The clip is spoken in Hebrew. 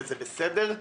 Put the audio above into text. וזה בסדר.